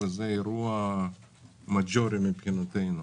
וזה אירוע מז'ורי מבחינתנו.